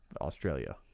Australia